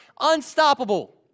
unstoppable